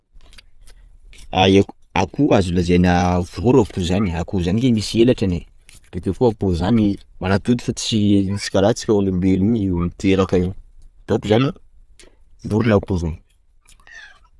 Aii akoho azo lazaina azo lazaina vorona akoho zany ai, akoho zany ange misy elatrany ai, bokeo koa akoho zany manatody fa tsy tsy karaha antsika io olombelona io miteraka io, donc zany vorona akoho zao.